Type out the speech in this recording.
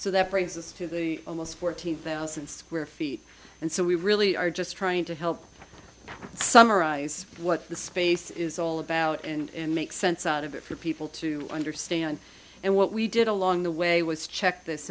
so that brings us to the almost fourteen thousand square feet and so we really are just trying to help summarize what the space is all about and make sense out of it for people to understand and what we did along the way was check this